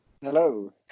Hello